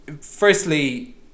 firstly